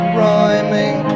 rhyming